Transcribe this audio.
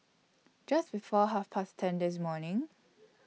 Just before Half Past ten This morning